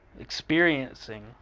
experiencing